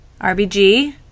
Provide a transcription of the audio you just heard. RBG